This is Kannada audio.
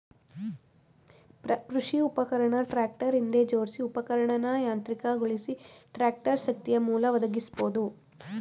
ಕೃಷಿ ಉಪಕರಣ ಟ್ರಾಕ್ಟರ್ ಹಿಂದೆ ಜೋಡ್ಸಿ ಉಪಕರಣನ ಯಾಂತ್ರಿಕಗೊಳಿಸಿ ಟ್ರಾಕ್ಟರ್ ಶಕ್ತಿಯಮೂಲ ಒದಗಿಸ್ಬೋದು